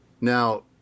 Now